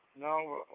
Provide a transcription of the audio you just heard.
No